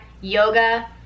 Yoga